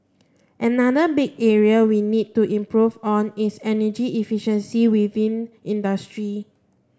another big area we need to improve on is energy efficiency within industry